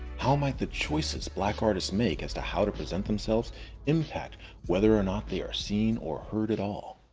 how might the choices black artists make as to how to present themselves impact whether or not they are seen or heard at all?